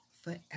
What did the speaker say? forever